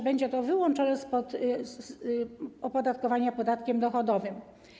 Będzie to wyłączone spod opodatkowania podatkiem dochodowym.